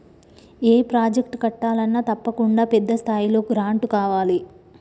ఏ project కట్టాలన్నా తప్పకుండా పెద్ద స్థాయిలో గ్రాంటు కావాలి